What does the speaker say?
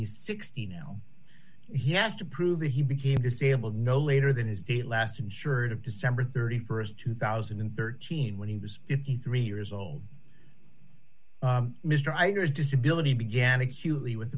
he's sixty now he has to prove that he became disabled no later than his date last ensured of december st two thousand and thirteen when he was fifty three years old mr writer's disability began acutely with